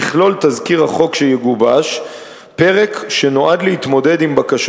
יכלול תזכיר החוק שיגובש פרק שנועד להתמודד עם בקשות